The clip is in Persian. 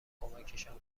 کمکشان